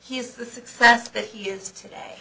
is the success that he is today